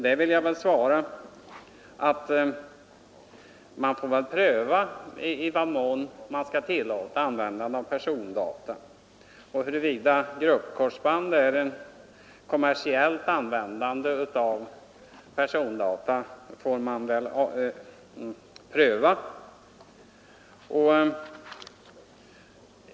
Jag vill svara att man väl får pröva i vad mån man skall tillåta användande av persondata och om gruppkorsband är ett kommersiellt användande av persondata.